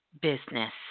business